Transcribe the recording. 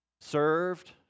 served